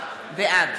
בעד